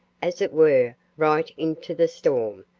as it were, right into the storm,